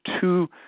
two